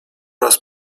raz